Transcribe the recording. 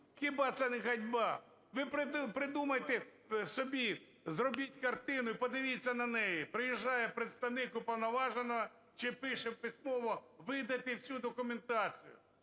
Хіба це не ганьба? Ви придумайте собі, зробіть картину і подивіться на неї: приїжджає представник уповноваженого чи пише письмово видати всю документацію.